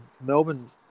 Melbourne